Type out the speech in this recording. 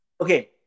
Okay